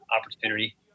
opportunity